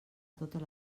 totes